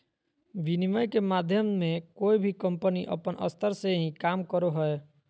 विनिमय के माध्यम मे कोय भी कम्पनी अपन स्तर से ही काम करो हय